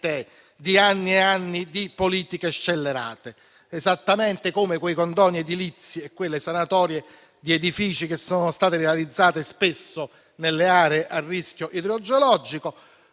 di anni e anni di politiche scellerate, esattamente come quei condoni edilizi e quelle sanatorie di edifici realizzati spesso nelle aree a rischio idrogeologico,